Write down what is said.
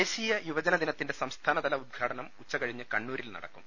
ദേശീയ യുവജന ദിനത്തിന്റെ സംസ്ഥാനതല ഉദ്ഘാടനം ഉച്ചകഴിഞ്ഞ കണ്ണൂരിൽ നടക്കും